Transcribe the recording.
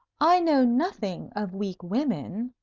i know nothing of weak women,